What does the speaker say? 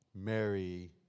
Mary